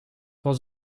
was